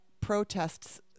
protests